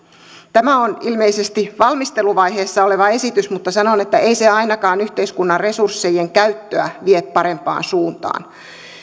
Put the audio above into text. tämä on ilmeisesti valmisteluvaiheessa oleva esitys mutta sanon että ei se ainakaan yhteiskunnan resurssien käyttöä vie parempaan suuntaan